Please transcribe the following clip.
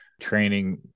training